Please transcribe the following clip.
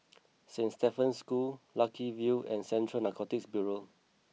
Saint Stephen's School Lucky View and Central Narcotics Bureau